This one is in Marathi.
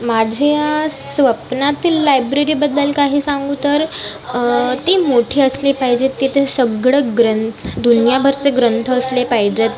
माझ्या स्वप्नातील लायब्ररीबद्दल काही सांगू तर ती मोठी असली पाहिजे तिथे सगळं ग्रं दुनियाभरचे ग्रंथ असले पाहिजेत